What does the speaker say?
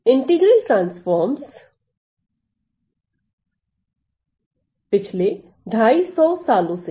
integral transforms पिछले ढाई सौ सालों से है